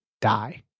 die